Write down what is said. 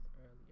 earlier